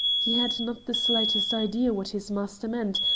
he had not the slightest idea what his master meant,